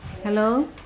hello